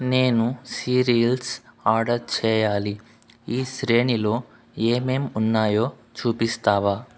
నేను serials order చేయాలి ఈ శ్రేణిలో ఏమేం ఉన్నాయో చూపిస్తావా